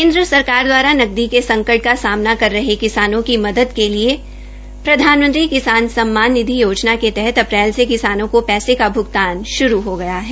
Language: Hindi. केन्द्र सरकार द्वारा नकदी के संकटका सामना कर रहे किसानों की मदद के लिए प्रधानमंत्री किसान सम्मान निधि योनजा के तहत अप्रैल से किसानों को पैसे का भुगतान शुरू हो गया है